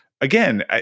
again